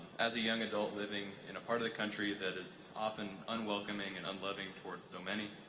as a young adult living in a part of the country that is often unwelcoming and unloving towards so many,